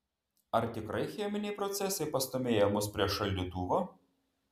ar tikrai cheminiai procesai pastūmėja mus prie šaldytuvo